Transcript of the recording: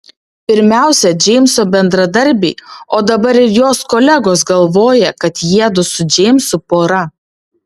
pirmiausia džeimso bendradarbiai o dabar ir jos kolegos galvoja kad jiedu su džeimsu pora